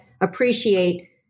appreciate